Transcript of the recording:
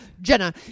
Jenna